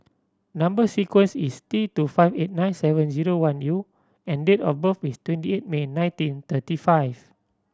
number sequence is T two five eight nine seven zero one U and date of birth is twenty eight May nineteen thirty five